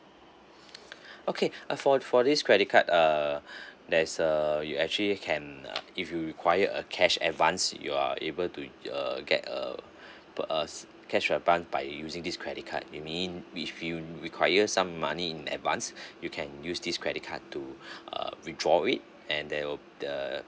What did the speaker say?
okay uh for this for this credit card uh there's uh you actually can uh if you require a cash advance you are able to err get uh per us cash advance by using this credit card it mean if you require some money in advance you can use this credit card to uh withdraw it and there will the